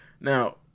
Now